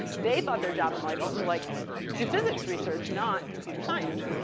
they thought their job in life was to like do physics research, not computer science.